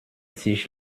sich